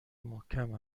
محکم